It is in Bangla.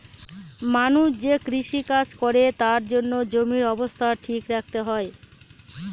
মানুষ যে কৃষি কাজ করে তার জন্য জমির অবস্থা ঠিক রাখতে হয়